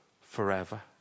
forever